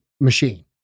machine